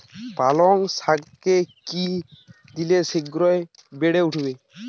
পালং শাকে কি দিলে শিঘ্র বেড়ে উঠবে?